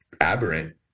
aberrant